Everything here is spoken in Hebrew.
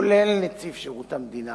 כולל נציב שירות המדינה,